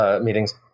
meetings